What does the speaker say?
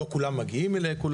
לא כולם, מגיעים אליהם.